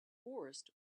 forest